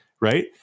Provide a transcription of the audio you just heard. right